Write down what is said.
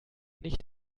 nicht